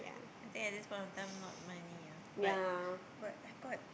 I think at this point of time not many ah but but I got